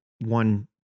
one